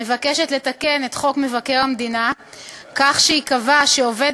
מבקשת לתקן את חוק מבקר המדינה כך שייקבע שעובד